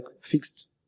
fixed